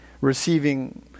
receiving